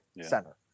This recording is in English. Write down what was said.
center